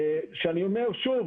שאני אומר שוב,